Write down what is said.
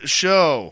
show